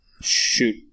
shoot